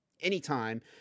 anytime